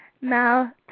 Now